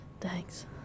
Thanks